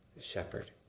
shepherd